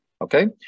Okay